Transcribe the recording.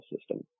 system